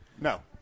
No